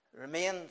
remain